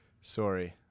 Sorry